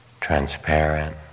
transparent